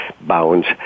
bounds